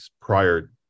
prior